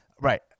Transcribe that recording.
right